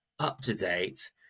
up-to-date